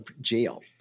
jail